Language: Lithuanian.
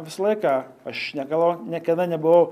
visą laiką aš negalvo niekada nebuvau